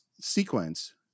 sequence